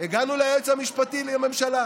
הגענו ליועץ המשפטי לממשלה.